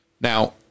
Now